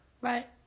right